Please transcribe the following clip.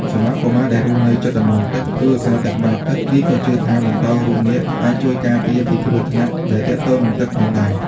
សម្រាប់កុមារដែលរស់នៅជិតតំបន់ទឹក ឬឧស្សាហ៍ទៅក្បែរទឹក គេក៏ជឿថាបន្តោងរូបនាគអាចជួយការពារពីគ្រោះថ្នាក់ដែលទាក់ទងនឹងទឹកផងដែរ។